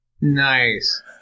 Nice